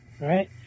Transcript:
right